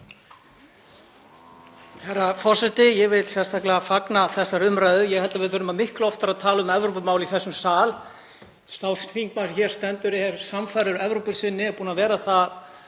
Herra forseti. Ég vil sérstaklega fagna þessari umræðu. Ég held að við þurfum miklu oftar að tala um Evrópumál í þessum sal. Sá þingmaður sem hér stendur er sannfærður Evrópusinni og búinn að vera það